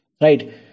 Right